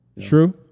true